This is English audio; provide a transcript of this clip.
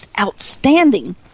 outstanding